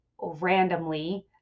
randomly